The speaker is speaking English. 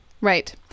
Right